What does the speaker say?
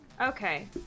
Okay